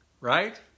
right